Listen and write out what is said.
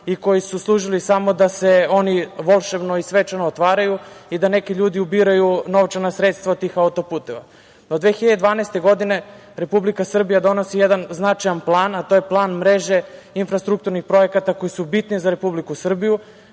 i koji su služili samo da se oni volšebno i svečano otvaraju i da neki ljudi ubiraju novčana sredstva od tih autoputeva. Od 2012. godine Republika Srbija donosi jedan značajan plan, a to je plan mreže infrastrukturnih projekata koji su bitni za Republiku Srbiju.